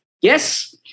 Yes